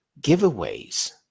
giveaways